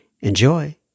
Enjoy